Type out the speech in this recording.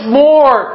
more